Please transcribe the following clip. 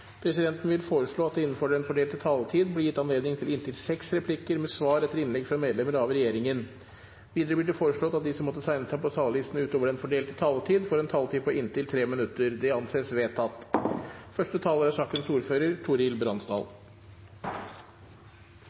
Presidenten vil foreslå at det – innenfor den fordelte taletid – blir gitt anledning til inntil seks replikker med svar etter innlegg fra medlemmer av regjeringen. Videre blir det foreslått at de som måtte tegne seg på talerlisten ut over den fordelte taletid, får en taletid på inntil 3 minutter. – Det anses vedtatt.